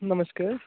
नमस्ते